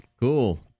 Cool